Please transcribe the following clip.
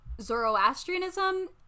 Zoroastrianism